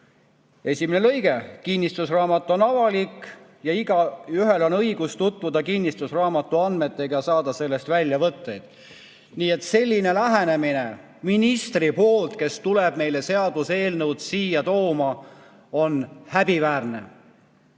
lõikele 1: kinnistusraamat on avalik ning igaühel on õigus tutvuda kinnistusraamatu andmetega ja saada sellest väljavõtteid. Selline lähenemine ministri poolt, kes tuleb meile seaduse eelnõu tooma, on häbiväärne.